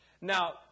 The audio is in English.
Now